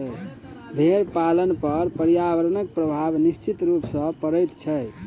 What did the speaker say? भेंड़ पालन पर पर्यावरणक प्रभाव निश्चित रूप सॅ पड़ैत छै